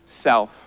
self